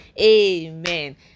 amen